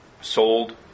sold